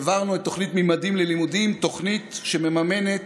העברנו את תוכנית ממדים ללימודים, תוכנית שמממנת